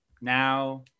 Now